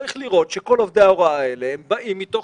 צריך לראות שכל עובדי ההוראה האלה באים מתוך